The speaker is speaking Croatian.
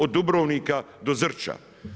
Od Dubrovnika do Zrća?